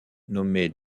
nommée